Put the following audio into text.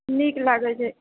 नीक लागैत छै